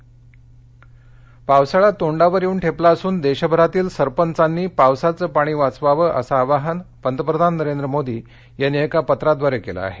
पाणी वाचवा पावसाळा तोंडावर येऊन ठेपला असुन देशभरातील सरपंचानी पावसाचं पाणी वाचवावं असं आवाहन पंतप्रधान नरेंद्र मोदी यांनी एका पत्राह्वारे केलं आहे